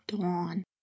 dawn